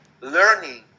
learning